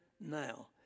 now